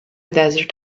desert